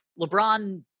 LeBron